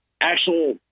actual